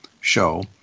show